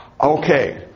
Okay